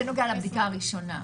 זה נוגע לבדיקה הראשונה.